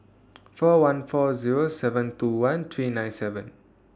four one four Zero seven two one three nine seven